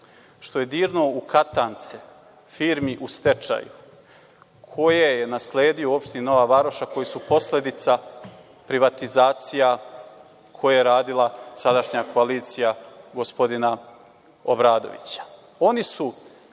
što je dirnuo u katance firmi u stečaju koje je nasledio u opštini Nova Varoš, a koji su posledica privatizacija koje je radila sadašnja koalicija gospodina Obradovića. Oni su